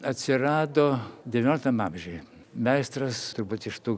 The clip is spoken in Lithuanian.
atsirado devynioliktam amžiuje meistras turbūt iš tų